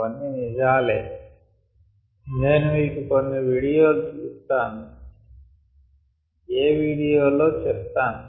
అవన్నీ నిజాలే నేను మీకు కొన్ని వీడియోలు ఇస్తాను ఏ వీడియోలో చెప్తాను